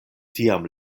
tiam